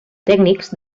tècnics